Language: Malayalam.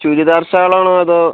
ചുരിദാർ ഷാൾ ആണോ അതോ